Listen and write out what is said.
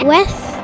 West